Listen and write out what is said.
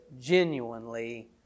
genuinely